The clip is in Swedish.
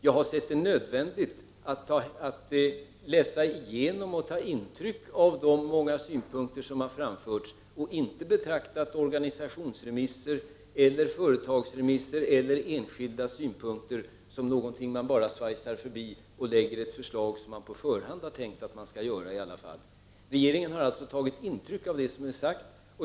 Jag har ansett det vara nödvändigt att läsa igenom och ta intryck av de många synpunkter som har framförts och har inte betraktat organisationsremisser, företagsremisser eller enskildas synpunkter som någonting som man bara går förbi för att lägga fram ett förslag som man på förhand under alla förhållanden har tänkt lägga fram. Regeringen har alltså tagit intryck av det som är sagt.